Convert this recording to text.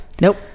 Nope